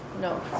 No